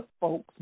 folks